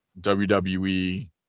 WWE